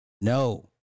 no